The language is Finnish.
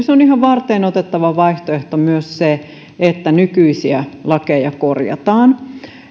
on ihan varteenotettava vaihtoehto myös se että nykyisiä lakeja korjataan